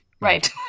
Right